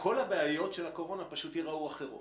כל הבעיות של הקורונה פשוט ייראו אחרות,